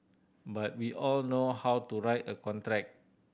but we all know how to write a contract